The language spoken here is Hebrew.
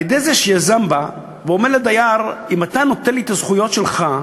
על-ידי זה שיזם בא ואומר לדייר: אם אתה נותן לי את הזכויות שלך,